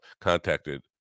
contacted